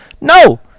No